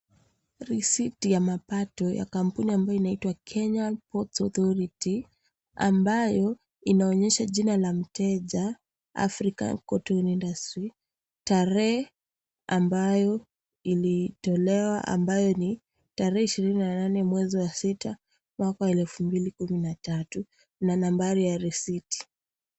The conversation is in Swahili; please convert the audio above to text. Risiti ya mapato ya kampuni ambayo inaitwa Kenyan Ports Authority ambayo inaonyesha jina la mteja, African Cotton Industry, terehe ambayo ilitolewa ambayo ni tarehe 28 mwezi wa sita mwaka wa 2013 na nambari ya risiti.